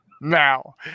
Now